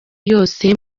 yose